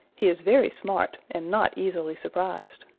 he is very smart and not easily surprised.